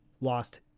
lost